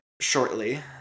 shortly